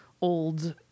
old